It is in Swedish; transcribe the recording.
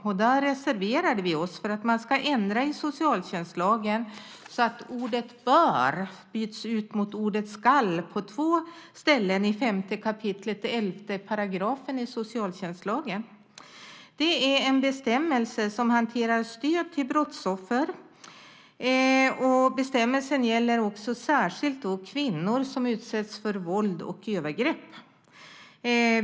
Vi reserverade oss för att man ska ändra i socialtjänstlagen så att ordet "bör" byts ut mot ordet "ska" på två ställen i 5 kap. 11 § i socialtjänstlagen. Det är en bestämmelse som hanterar stöd till brottsoffer. Bestämmelsen gäller särskilt kvinnor som utsätts för våld och övergrepp.